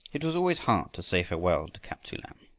it was always hard to say farewell to kaptsu-lan,